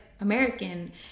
American